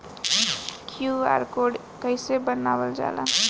QR code कइसे बनवाल जाला?